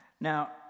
Now